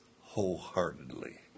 wholeheartedly